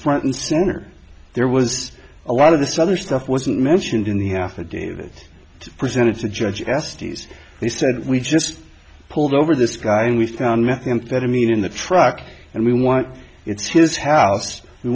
front and center there was a lot of this other stuff wasn't mentioned in the affidavit presented to the judge estes he said we just pulled over this guy and we found methamphetamine in the truck and we want it's his house we